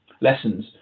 lessons